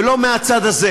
לא מהצד הזה ולא מהצד הזה.